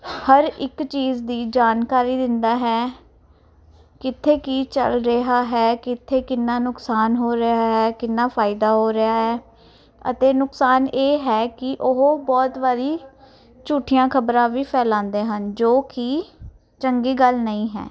ਹਰ ਇੱਕ ਚੀਜ਼ ਦੀ ਜਾਣਕਾਰੀ ਦਿੰਦਾ ਹੈ ਕਿੱਥੇ ਕੀ ਚੱਲ ਰਿਹਾ ਹੈ ਕਿੱਥੇ ਕਿੰਨਾਂ ਨੁਕਸਾਨ ਹੋ ਰਿਹਾ ਹੈ ਕਿੰਨਾ ਫਾਇਦਾ ਹੋ ਰਿਹਾ ਹੈ ਅਤੇ ਨੁਕਸਾਨ ਇਹ ਹੈ ਕਿ ਉਹ ਬਹੁਤ ਵਾਰੀ ਝੂਠੀਆਂ ਖਬਰਾਂ ਵੀ ਫੈਲਾਉਂਦੇ ਹਨ ਜੋ ਕਿ ਚੰਗੀ ਗੱਲ ਨਹੀਂ ਹੈ